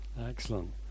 Excellent